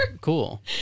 Cool